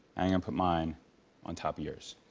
and um put mine on top of yours.